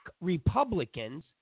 Republicans